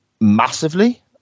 massively